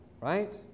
right